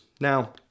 Now